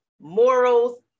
morals